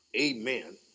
amen